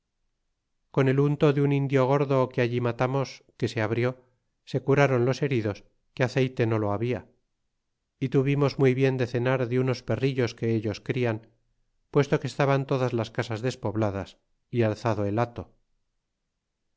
con el unto de un indio gordo que allí matamos que se abrió se curáron los heridos que aceite no lo habia y tuvimos muy bien de cenar de unos perrillos que ellos crian puesto que estaban todas las casas despobladas y alzado el hato